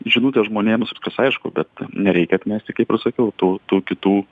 žinutė žmonėms viskas aišku bet nereikia atmesti kaip ir sakiau tų tų kitų